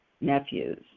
nephews